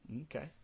Okay